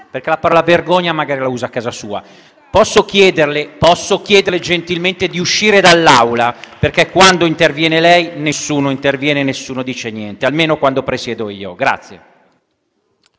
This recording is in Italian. Senatrice, la parola «vergogna» la usi a casa sua. Posso chiederle gentilmente di uscire dall'Aula? Quando interviene lei nessuno interviene e nessuno dice niente, almeno quando presiedo io.